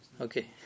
Okay